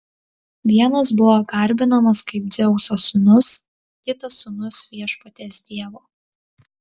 vienas buvo garbinamas kaip dzeuso sūnus kitas sūnus viešpaties dievo